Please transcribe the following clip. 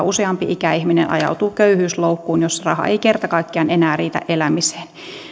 useampi ikäihminen ajautuu köyhyysloukkuun jos raha ei kerta kaikkiaan enää riitä elämiseen